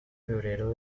febrero